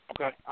Okay